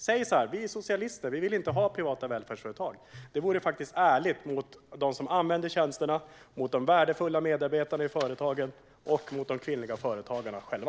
Säg: Vi är socialister. Vi vill inte ha privata välfärdsföretag. Det vore ärligt mot de som använder tjänsterna, mot de värdefulla medarbetarna i företagen och mot de kvinnliga företagarna själva.